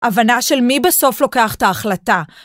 הבנה של מי בסוף לוקח את ההחלטה